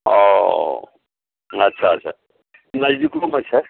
ओ अच्छा अच्छा नजदीकोमे छै